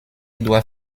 doit